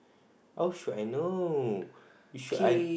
how should I know you should I